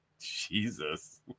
Jesus